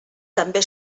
també